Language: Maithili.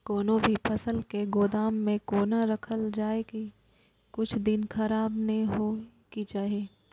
कोनो भी फसल के गोदाम में कोना राखल जाय की कुछ दिन खराब ने होय के चाही?